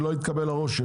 שלא יתקבל הרושם,